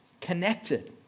connected